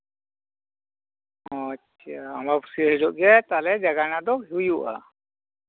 ᱚᱻ ᱟᱪᱪᱷᱟ ᱟᱢᱵᱟᱵᱟᱹᱥᱭᱟᱹ ᱦᱤᱞᱳᱜ ᱜᱮ ᱛᱟᱦᱚᱞᱮ ᱡᱟᱸᱜᱟᱱᱟ ᱫᱚ ᱦᱩᱭᱩᱜᱼᱟ